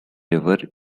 river